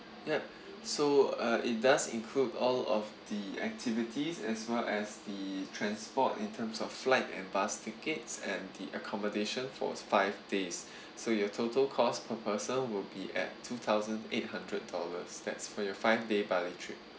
yup so uh it does include all of the activities as well as the transport in terms of flight and bus tickets and the accommodation for five days so your total cost per person will be at two thousand eight hundred dollar that's for your five day bali trip